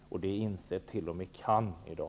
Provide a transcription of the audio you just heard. Det inser t.o.m. CAN i dag.